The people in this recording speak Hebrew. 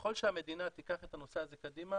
ככל שהמדינה תיקח את הנושא הזה קדימה